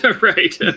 right